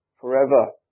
forever